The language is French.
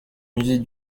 musée